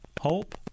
hope